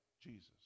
Jesus